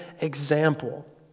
example